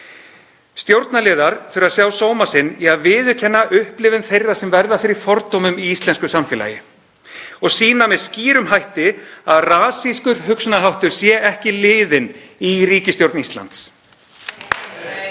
Stjórnarliðar þurfa að sjá sóma sinn í að viðurkenna upplifun þeirra sem verða fyrir fordómum í íslensku samfélagi og sýna með skýrum hætti að rasískur hugsunarháttur sé ekki liðinn í ríkisstjórn Íslands.